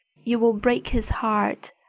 you will break his heart,